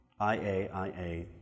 IAIA